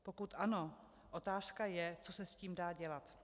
Pokud ano, otázka je, co se s tím dá dělat.